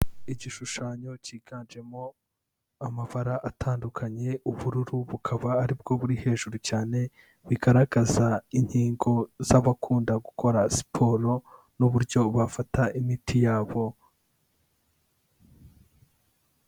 Igishushanyo cyiganjemo amabara atandukanye ubururu bukaba aribwo buri hejuru cyane, bigaragaza inkingo z'abakunda gukora siporo n'uburyo bafata imiti yabo.